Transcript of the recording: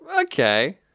Okay